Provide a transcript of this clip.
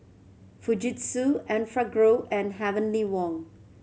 Fujitsu Enfagrow and Heavenly Wang